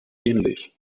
ähnlich